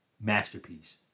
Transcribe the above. Masterpiece